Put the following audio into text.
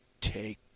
take